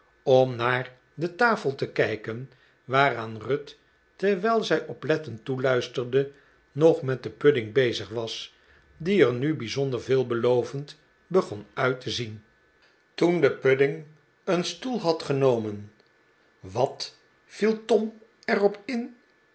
om naar de tafel te kijken waaraan ruth terwijl zij oplettend toeluisterde nog met den pudding bezig was die er nu bijzonder veelbelovend begon uit te zien toen de pudding een stoel had genomen wat viel tom er op in